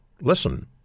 Listen